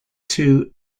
two